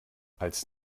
als